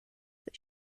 that